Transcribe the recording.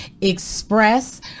express